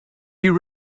you